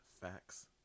facts